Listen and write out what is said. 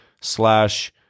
slash